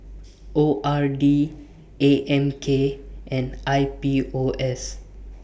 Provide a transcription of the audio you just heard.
O R D A M K and I P O S